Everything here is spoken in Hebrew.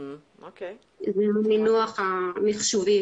זה המינוח המחשובי